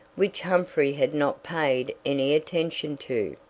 which humphrey had not paid any attention to,